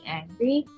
angry